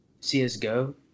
CSGO